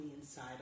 inside